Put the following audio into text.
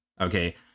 Okay